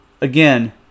Again